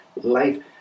life